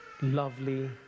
lovely